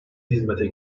hizmete